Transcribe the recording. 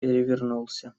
перевернулся